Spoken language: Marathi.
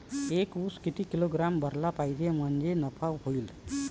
एक उस किती किलोग्रॅम भरला पाहिजे म्हणजे नफा होईन?